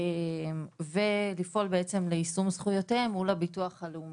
ולפעול ליישום זכויותיהם מול הביטוח הלאומי.